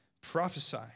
Prophesy